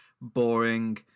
boring